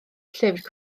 llyfr